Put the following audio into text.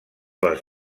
les